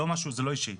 זה לא אישי,